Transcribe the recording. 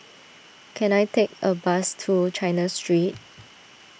can I take a bus to China Street